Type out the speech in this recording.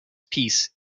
piece